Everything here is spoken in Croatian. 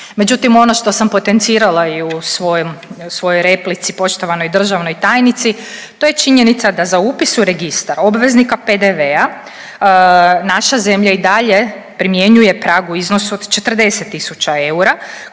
Međutim ono što sam potencirala i u svojem, svojoj replici poštovanoj državnoj tajnici, to je činjenica da za upis u registar obveznika PDV-a naša zemlja i dalje primjenjuje prag u iznosu do 40 tisuća